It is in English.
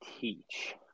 teach